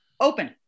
Open